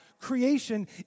creation